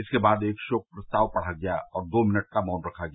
इसके बाद एक शोक प्रस्ताव पढ़ा गया और दो मिनट का मौन रखा गया